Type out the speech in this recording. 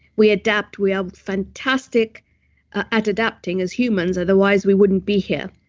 we adapt. we are fantastic at adapting as humans, otherwise we wouldn't be here.